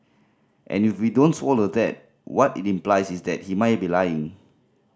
and if we don't swallow that what it implies is that he may be lying